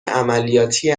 عملیاتی